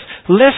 Listen